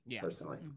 personally